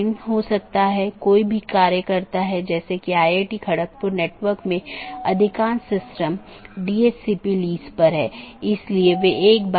यहां R4 एक स्रोत है और गंतव्य नेटवर्क N1 है इसके आलावा AS3 AS2 और AS1 है और फिर अगला राउटर 3 है